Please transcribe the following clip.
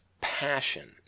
passion